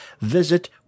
Visit